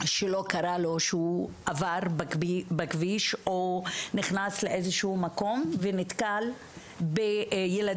שלא קרה לו שהוא עבר בכביש או נכנס לאיזשהו מקום ונתקל בילדים,